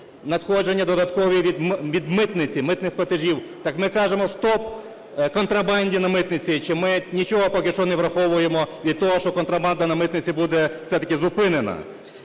надходження додаткові від митниці, митних платежів. Так ми кажемо стоп контрабанді на митниці, чи ми нічого поки що не враховуємо від того, що контрабанда на митниці буде все-таки зупинена?